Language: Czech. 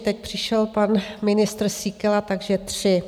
Teď přišel pan ministr Síkela, takže tři.